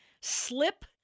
slip